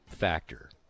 factor